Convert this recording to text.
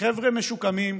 חבר'ה משוקמים.